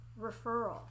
referral